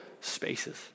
spaces